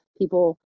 People